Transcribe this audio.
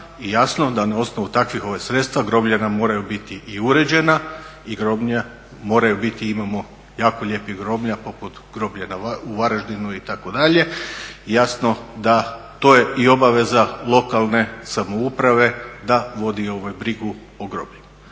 i jasno da na osnovu takvih sredstava groblja nam moraju biti i uređena i groblja moraju biti i imamo jako lijepih groblja poput groblja u Varaždinu itd. Jasno da to je i obaveza lokalne samouprave da vodi brigu o grobljima.